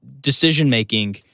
decision-making –